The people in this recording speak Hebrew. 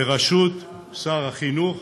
בראשות שר החינוך,